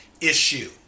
issue